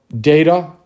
data